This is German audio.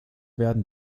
werden